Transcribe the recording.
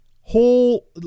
whole